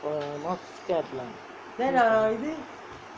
not scared lah